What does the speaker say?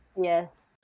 Yes